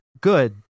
Good